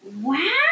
Wow